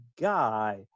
guy